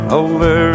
over